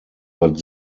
but